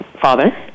father